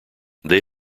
they